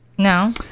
No